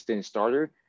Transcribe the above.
starter